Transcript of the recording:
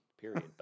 period